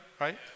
right